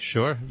Sure